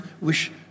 wish